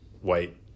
white